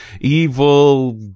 evil